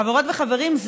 חברות וחברים,